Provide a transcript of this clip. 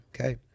Okay